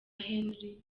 henri